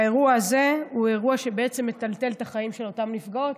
האירוע הזה מטלטל את החיים של אותן נפגעות,